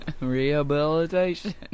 Rehabilitation